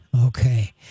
Okay